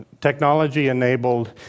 technology-enabled